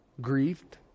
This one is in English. Grieved